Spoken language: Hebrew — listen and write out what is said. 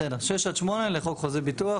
בסדר, 6 עד 8 לחוק חוזה ביטוח.